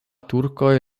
turkoj